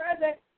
Present